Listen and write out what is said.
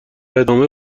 ادامه